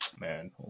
Man